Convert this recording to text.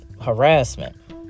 harassment